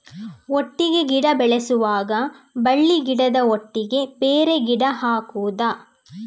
ಒಟ್ಟಿಗೆ ಗಿಡ ಬೆಳೆಸುವಾಗ ಬಳ್ಳಿ ಗಿಡದ ಒಟ್ಟಿಗೆ ಬೇರೆ ಗಿಡ ಹಾಕುದ?